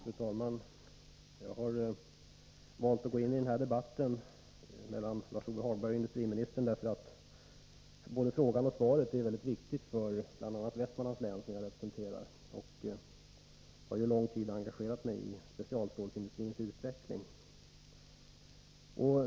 Fru talman! Jag har valt att gå in i den här debatten mellan Lars-Ove Hagberg och industriministern därför att både frågan och svaret är väldigt viktiga för bl.a. Västmanlands län, som jag representerar. Jag har ju också under lång tid engagerat mig i det som gäller specialstålsindustrins utveckling.